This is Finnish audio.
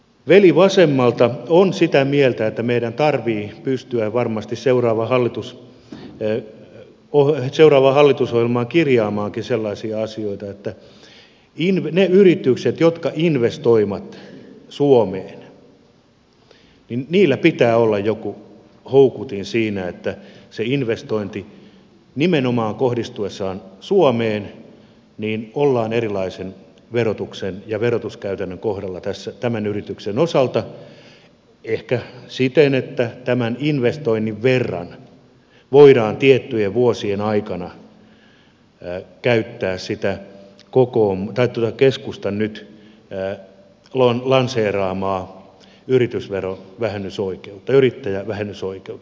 veli vasemmalta on sitä mieltä että meidän tarvitsee pystyä varmasti seuraavaan hallitusohjelmaan kirjaamaankin sellaisia asioita että niillä yrityksillä jotka investoivat suomeen pitää olla joku houkutin siinä että sen investoinnin kohdistuessa nimenomaan suomeen ollaan erilaisen verotuksen ja verotuskäytännön kohdalla tämän yrityksen osalta ehkä siten että tämän investoinnin verran voidaan tiettyjen vuosien aikana käyttää sitä keskustan nyt lanseeraamaa yrittäjävähennysoikeutta